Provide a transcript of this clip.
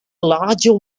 larger